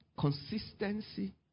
consistency